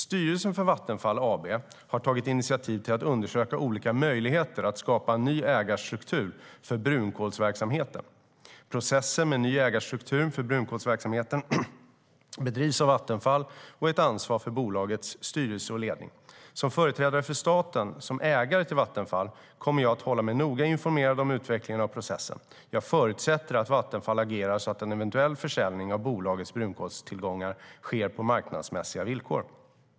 Styrelsen för Vattenfall AB har tagit initiativ till att undersöka olika möjligheter att skapa en ny ägarstruktur för brunkolsverksamheten. Processen med en ny ägarstruktur för brunkolsverksamheten bedrivs av Vattenfall och är ett ansvar för bolagets styrelse och ledning. Som företrädare för staten som ägare till Vattenfall kommer jag att hålla mig noga informerad om utvecklingen av processen. Jag förutsätter att Vattenfall agerar så att en eventuell försäljning av bolagets brunkolstillgångar sker på marknadsmässiga villkor.